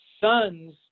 Sons